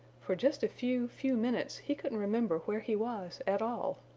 for just a few, few minutes he couldn't remember where he was at all.